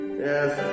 yes